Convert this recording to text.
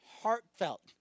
heartfelt